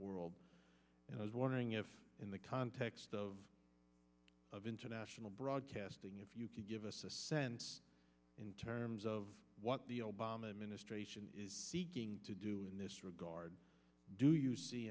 world and i was wondering if in the context of of international broadcasting if you could give us a sense in terms of what the obama administration is seeking to do in this regard do you see